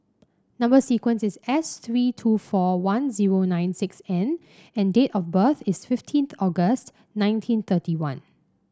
number sequence is S three two four one zero nine six N and date of birth is fifteenth August nineteen thirty one